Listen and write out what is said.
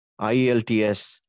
IELTS